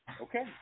okay